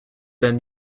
then